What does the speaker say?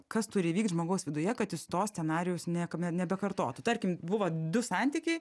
kas turi įvykt žmogaus viduje kad jis to scenarijaus niekada nebekartotų tarkim buvo du santykiai